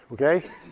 okay